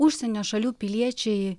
užsienio šalių piliečiai